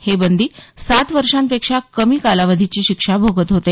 हे बंदी सात वर्षांपेक्षा कमी कालावधीची शिक्षा भोगत होते